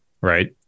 right